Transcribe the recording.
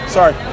Sorry